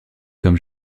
comme